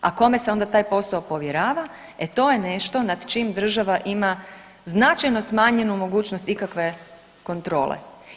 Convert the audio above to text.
A kome se onda taj posao povjerava e to je nešto nad čim država ima značajno smanjenu mogućnost ikakve kontrole.